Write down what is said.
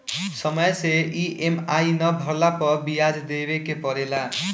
समय से इ.एम.आई ना भरला पअ बियाज देवे के पड़ेला